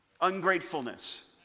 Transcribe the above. Ungratefulness